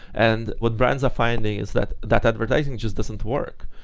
and what brands a finding is that that advertising just doesn't work.